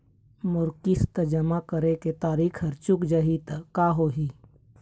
मोर किस्त जमा करे के तारीक हर चूक जाही ता का होही?